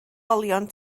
olion